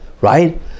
right